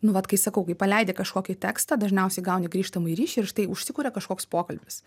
nu vat kai sakau kai paleidi kažkokį tekstą dažniausiai gauni grįžtamąjį ryšį ir štai užsikuria kažkoks pokalbis